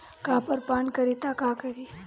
Copper पान करी त का करी?